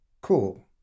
cool